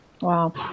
Wow